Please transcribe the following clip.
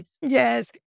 Yes